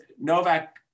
Novak